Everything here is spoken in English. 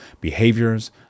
behaviors